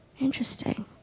Interesting